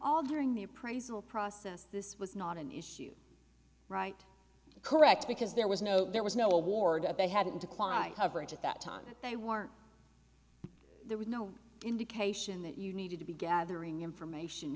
all during the appraisal process this was not an issue right correct because there was no there was no award they had declined coverage at that time they weren't there was no indication that you needed to be gathering information